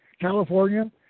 california